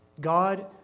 God